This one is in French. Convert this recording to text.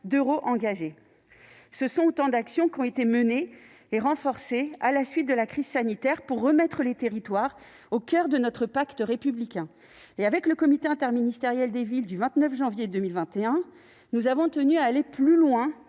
d'euros engagés. Ce sont là autant d'actions menées et renforcées, à la suite de la crise sanitaire, pour remettre les territoires au coeur de notre pacte républicain. À l'issue du comité interministériel des villes du 29 janvier 2021, nous avons tenu à aller plus loin